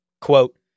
Quote